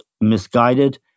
misguided